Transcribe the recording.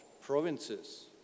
provinces